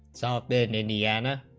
salted and indiana